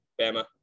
bama